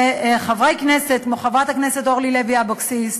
חברי כנסת, כמו חברת הכנסת אורלי לוי אבקסיס,